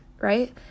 right